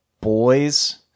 boys